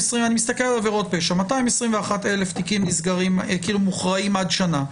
מסתכל על עבירות פשע 221,000 תיקים מוכרעים עד שנה,